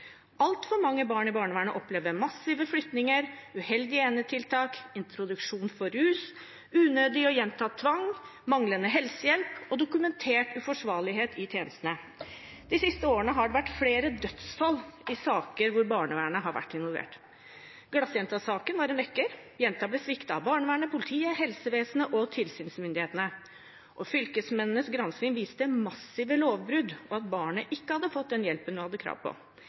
Altfor mange barn under barnevernet opplever massive flyttinger, uheldige enetiltak, introduksjon til rus, unødig og gjentatt tvang, manglende helsehjelp og dokumentert uforsvarlighet i tjenesten. De siste årene har det vært flere dødsfall i saker hvor barnevernet har vært involvert. Glassjenta-saken var en vekker. Jenta ble sviktet av barnevernet, politiet, helsevesenet og tilsynsmyndighetene, og fylkesmennenes gransking viste massive lovbrudd og at barnet ikke hadde fått den hjelpen hun hadde krav på.